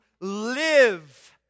live